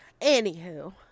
Anywho